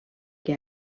que